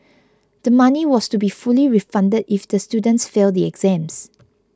the money was to be fully refunded if the students fail the exams